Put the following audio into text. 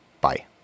Bye